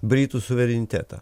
britų suverenitetą